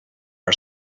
our